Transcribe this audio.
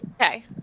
okay